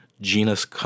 Genus